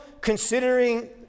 considering